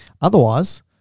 Otherwise